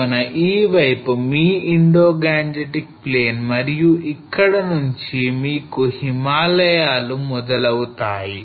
కావున ఈ వైపు మీ Indo Gangetic plain మరియు ఇక్కడి నుంచి మీకు హిమాలయాల లు మొదలవుతాయి